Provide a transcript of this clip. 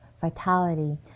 vitality